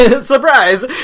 Surprise